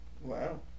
Wow